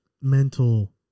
mental